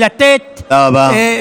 תודה רבה.